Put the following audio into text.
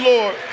Lord